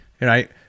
right